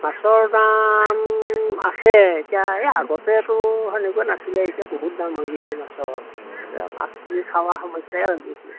মাছৰ দাম আছে এতিয়া এই আগতেতো তেনেকুৱা নাছিলে এতিয়া বহুত দাম হৈ গৈছে মাছৰ এতিয়া মাছ কিনি খোৱা সমস্যায়ে হৈ গৈছে